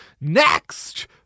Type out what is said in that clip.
Next